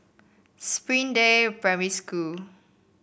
Springdale Primary School